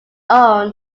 own